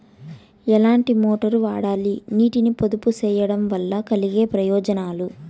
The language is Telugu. ఎట్లాంటి మోటారు వాడాలి, నీటిని పొదుపు సేయడం వల్ల కలిగే ప్రయోజనాలు?